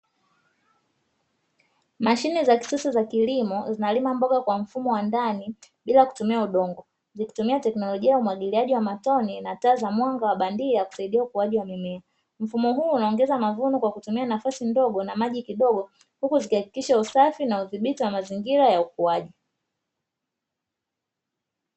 Mashine za kisasa za kilimo zinalima mboga kwa mfumo wa ndani, bila kutumia udongo, zikitumia teknolojia umwagiliaji wa matone na taa za mwanga wa bandia kusaidia ukuaji wa mimea. Mfumo huu unaongeza mavuno kwa kutumia nafasi ndogo na maji kidogo huku zikahakikisha usafi na udhibiti wa mazingira ya ukuaji.